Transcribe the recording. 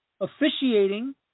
Officiating